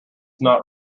not